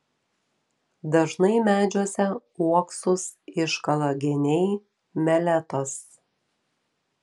dažnai medžiuose uoksus iškala geniai meletos